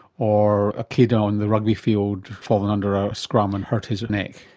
or a kid on the rugby field fallen under a scrum and hurt his neck.